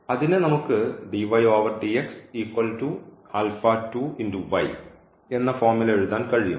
അതിനെ നമുക്ക് എന്ന ഫോമിൽ എഴുതാൻ കഴിയും